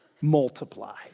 multiply